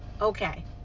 okay